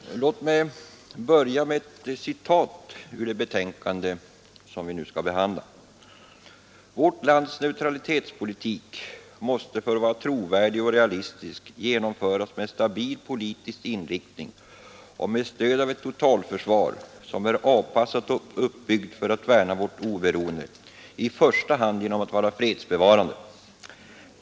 Herr talman! Låt mig börja med att citera ur det betänkande som vi nu behandlar: ”För att denna” — vårt lands — ”neutralitetspolitik skall vara trovärdig och realistisk måste den genomföras med stabil politisk inriktning och med stöd av ett totalförsvar som är avpassat och uppbyggt för att värna vårt oberoende, i första hand genom att vara fredsbevarande.